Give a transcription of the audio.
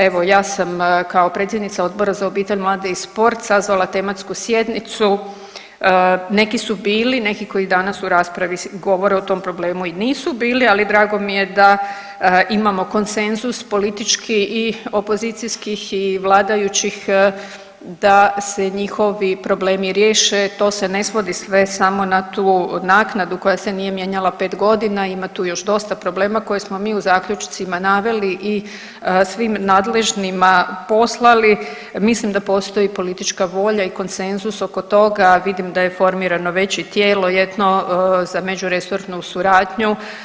Evo ja sam kao predsjednica Odbora za obitelj, mlade i sport sazvala tematsku sjednicu, neki su bili, neki koji danas u raspravi govore o tom problemu i nisu bili, ali drago mi je da imamo konsenzus politički i opozicijskih i vladajućih da se njihovi problemi riješe, to se ne svodi sve samo na tu naknadu koja se nije mijenjala 5.g., ima tu još dosta problema koje smo mi u zaključcima naveli i svim nadležnima poslali, mislim da postoji politička volja i konsenzus oko toga, vidim da je formirano već i tijelo jedno za međuresornu suradnju.